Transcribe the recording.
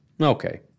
Okay